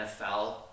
NFL